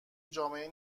جامعه